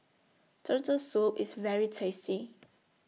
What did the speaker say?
Turtle Soup IS very tasty